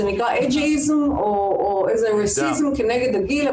זה נקרא ageism או איזה racism כנגד הגיל,